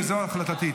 וזו החלטתי.